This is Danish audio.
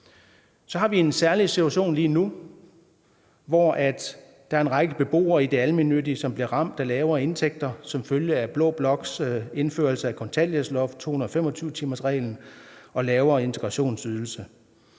Så har vi en særlig situation lige nu, hvor der er en række beboere i det almennyttige system, som bliver ramt af lavere indtægter som følge af blå bloks indførelse af kontanthjælpsloft, 225-timersreglen og lavere integrationsydelse.